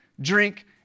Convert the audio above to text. drink